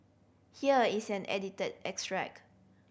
here is an edited extract